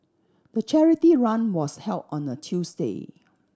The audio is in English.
the charity run was held on a Tuesday